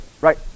Right